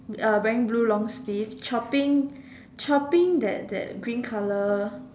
uh wearing blue long sleeves chopping chopping that that green colour